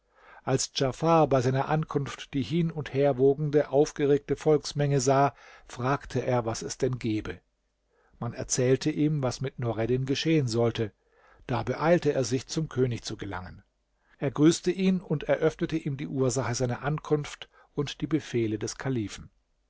als djafar bei seiner ankunft die hin und herwogende aufgeregte volksmenge sah fragte er was es denn gebe man erzählte ihm was mit nureddin geschehen sollte da beeilte er sich zum könig zu gelangen er grüßte ihn und eröffnete ihm die ursache seiner ankunft und die befehle des kalifen